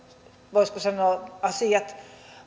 asiat